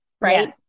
right